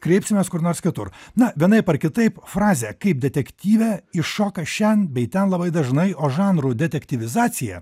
kreipsimės kur nors kitur na vienaip ar kitaip frazę kaip detektyve iššoka šen bei ten labai dažnai o žanrų detektyvizacija